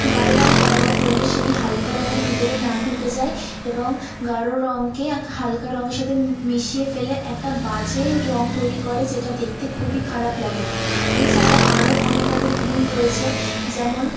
গাঢ় রঙ ব্যবহার করলে সেই হালকা রঙের ভিতরে না ঢুকে যায় এবং গাঢ় রঙকে হালকা রঙের সাথে মিশিয়ে ফেলে একটা বাজে রঙ তৈরি করে যেটা দেখতে খুবই খারাপ লাগে এছাড়াও আরও অনেক তাদের ভুল রয়েছে যেমন